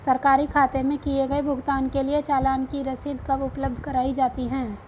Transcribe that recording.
सरकारी खाते में किए गए भुगतान के लिए चालान की रसीद कब उपलब्ध कराईं जाती हैं?